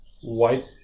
White